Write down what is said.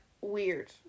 weird